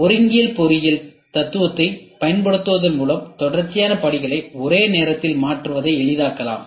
ஒருங்கியல் பொறியியல் தத்துவத்தைப் பயன்படுத்துவதன் மூலம் தொடர்ச்சியான படிகளை ஒரே நேரத்தில் மாற்றுவதை எளிதாக்கலாம்